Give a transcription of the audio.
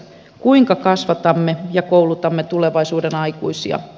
kuinka kasvatamme ja koulutamme tulevaisuuden aikuisia